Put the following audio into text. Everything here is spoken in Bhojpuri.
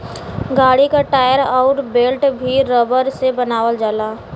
गाड़ी क टायर अउर बेल्ट भी रबर से बनावल जाला